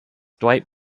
dwight